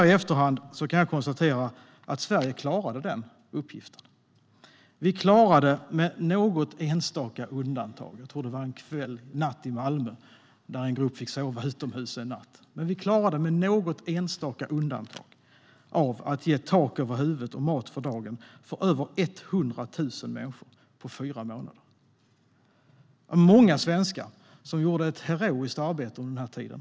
I efterhand kan jag konstatera att Sverige klarade den uppgiften. Jag tror att det var en natt i Malmö då en grupp fick sova utomhus en natt, men vi klarade med något enstaka undantag av att ge tak över huvudet och mat för dagen för över 100 000 människor på fyra månader. Många svenskar gjorde ett heroiskt arbete under den här tiden.